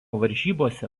varžybose